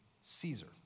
Caesar